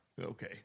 Okay